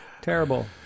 Terrible